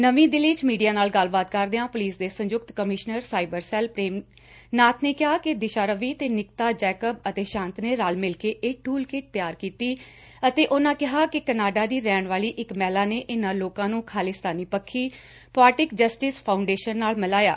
ਨਵੀ ਦਿੱਲੀ ਚ ਮੀਡੀਆ ਨਾਲ ਗੱਲਬਾਤ ਕਰਦਿਆਂ ਪੁਲਿਸ ਦੇ ਸੰਯੁਕਤ commissioner cyber cell Prem Nath ਨੇ ਕਿਹਾ ਕਿ ਦਿਸ਼ਾਰਵੀ ਨੇ ਨਿਕੀਤਾਜੈਕਬ ਅਤੇ ਸੰਤ ਨੂੰ ਰਲ ਮਿਲ ਕੇ ਇਹ ਟੁਲਕਿਟ ਤਿਆਰ ਕੀਤੀ ਅਤੇ ਉਨੂੰ ਕਿਹਾ ਕਿ ਕਨਾਡਾ ਦੀ ਰਹਿਣ ਵਾਲੀ ਇਕ ਮਹਿਲਾ ਨੇ ਏਨਾਂ ਲੋਕਾਂ ਨੰ ਖਾਲੀਸਤਾਨੀ ਪੱਖੀ ਪੋਆਟਿਕ ਜਸਟਿਸ ਫਾਊਂਡੇਸ਼ਨ ਨਾਲ ਮਿਲਾਇਆ